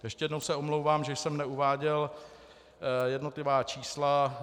Ještě jednou se omlouvám, že jsem neuváděl jednotlivá čísla.